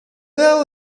dado